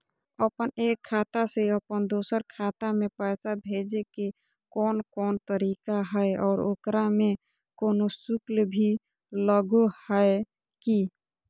अपन एक खाता से अपन दोसर खाता में पैसा भेजे के कौन कौन तरीका है और ओकरा में कोनो शुक्ल भी लगो है की?